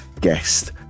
guest